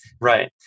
right